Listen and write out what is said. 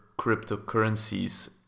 cryptocurrencies